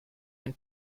ein